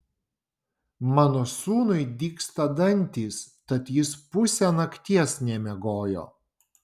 mano sūnui dygsta dantys tad jis pusę nakties nemiegojo